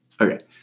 Okay